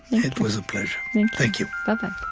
it was a pleasure thank you but